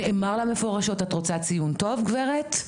נאמרה לה מפורשות: את רוצה ציון טוב, גברת?